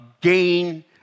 gain